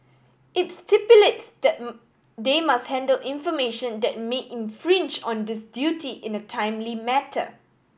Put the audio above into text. it stipulates that they must handle information that may infringe on this duty in a timely matter